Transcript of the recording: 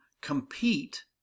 compete